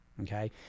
Okay